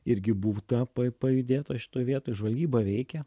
irgi būta pa pajudėta šitoj vietoj žvalgyba veikia